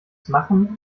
machen